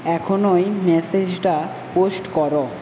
এখন ওই মেসেজটা পোস্ট কর